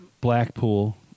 Blackpool